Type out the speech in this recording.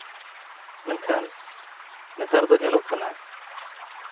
ᱢᱮᱱᱠᱷᱟᱱ ᱱᱮᱛᱟᱨ ᱫᱚ ᱧᱮᱞᱚᱜ ᱠᱟᱱᱟ